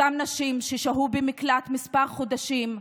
אותן נשים ששהו במקלט כמה חודשים,